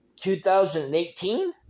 2018